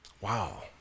Wow